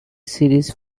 series